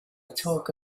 talk